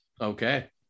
Okay